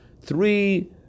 Three